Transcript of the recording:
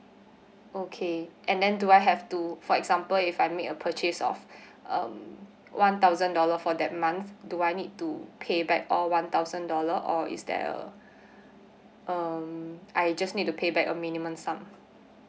okay and then do I have to for example if I make a purchase of um one thousand dollar for that month do I need to pay back all one thousand dollar or is there a um I just need to pay back a minimum sum